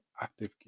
active